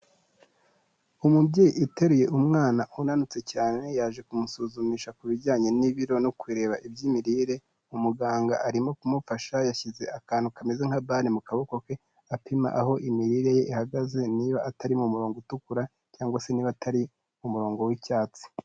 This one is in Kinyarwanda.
Umubyeyi uteruye umwana unanutse cyane, yaje kumusuzumisha ku bijyanye n'ibiro no kureba iby'imirire, umuganga arimo kumufasha, yashyize akantu kameze nka bande mu kaboko ke apima aho imirire ye ihagaze, niba atari mu murongo utukura cyangwa se niba atari mu murongo w'icyatsi.